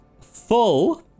Full